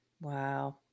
Wow